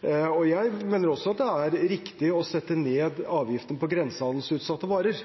Jeg mener også at det er riktig å sette ned avgiftene på grensehandelsutsatte varer.